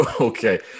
okay